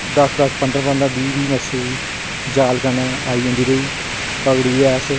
दस्स दस्स पंदरां पंदरां बीह् बीह् मच्छली जाल कन्नै आंदी रेही पकड़ियै अस